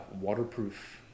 waterproof